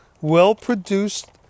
well-produced